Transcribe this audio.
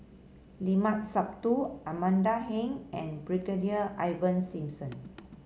Limat Sabtu Amanda Heng and Brigadier Ivan Simson